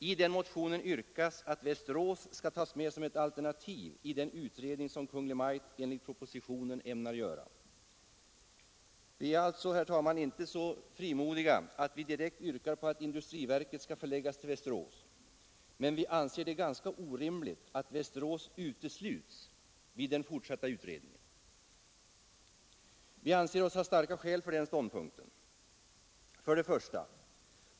I motionen yrkas att Västerås skall tas med som ett alternativ i den utredning som Kungl. Maj:t enligt propositionen ämnar göra. Vi är alltså, herr talman, inte så frimodiga att vi direkt yrkar på att industriverket skall förläggas till Västerås, men vi anser det ganska orimligt att Västerås utesluts vid den fortsatta utredningen. Vi anser oss ha starka skäl för vår ståndpunkt: 1.